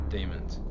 Demons